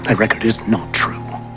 and record is not true.